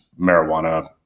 marijuana